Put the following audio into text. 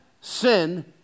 sin